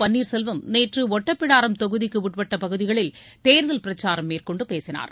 பன்னீர்செல்வம் நேற்று ஒட்டப்பிடாரம் தொகுதிக்குட்பட்ட பகுதிகளில் தேர்தல் பிரச்சாரம் மேற்கொண்டு பேசினார்